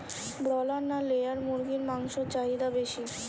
Broiler না layer মুরগির মাংসর চাহিদা বেশি?